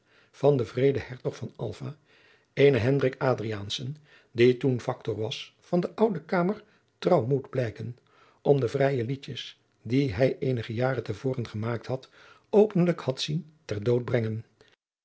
van den wreeden hertog van alva eenen hendrik adriaanzen die toen factor was van de oude kamer trouw moet blijken om de vrije liedjes die hij eenige jaren te voren gemaakt had openlijk had zien ter dood brengen